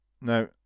Now